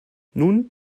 nun